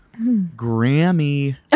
Grammy